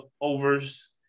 overs